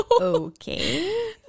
Okay